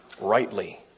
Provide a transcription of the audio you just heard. rightly